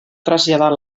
traslladar